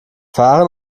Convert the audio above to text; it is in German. fahren